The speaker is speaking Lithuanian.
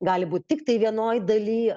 gali būt tiktai vienoj daly